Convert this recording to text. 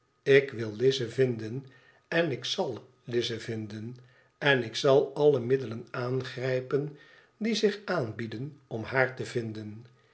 ik wil lize vinden en ik zal lize vinden en ik zal alle middelen aanrgijpen die zich aanbieden om haar te vinden